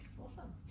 awesome,